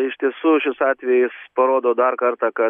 iš tiesų šis atvejis parodo dar kartą kad